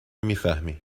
میفهمی